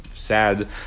Sad